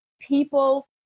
people